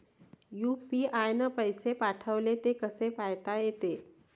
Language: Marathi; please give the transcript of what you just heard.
यू.पी.आय न पैसे पाठवले, ते कसे पायता येते?